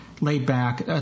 laid-back